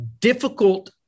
difficult